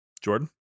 Jordan